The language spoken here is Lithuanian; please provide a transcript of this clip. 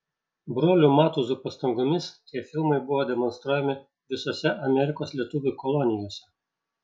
brolių matuzų pastangomis tie filmai buvo demonstruojami visose amerikos lietuvių kolonijose